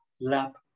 lap